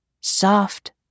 Soft